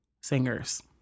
singers